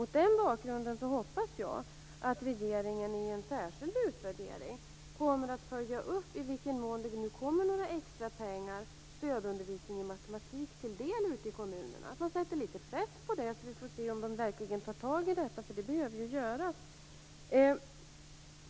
Mot denna bakgrund hoppas jag att regeringen i en särskild utvärdering kommer att följa upp i vilken mån det nu kommer några extra pengar för stödundervisning i matematik ute i kommunerna, att det sätts litet press på detta så att man verkligen tar tag i detta, eftersom det ju behöver göras.